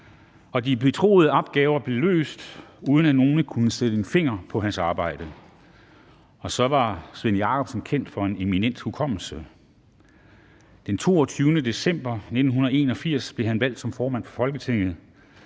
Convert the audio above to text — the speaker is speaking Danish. De betroede opgaver blev løst, uden at nogen kunne sætte en finger på hans arbejde. Og så var Svend Jakobsen kendt for en eminent hukommelse. Den 22. december 1981 blev han valgt som formand for Folketinget.